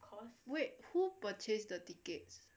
wait who purchase the tickets that are good